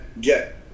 get